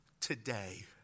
today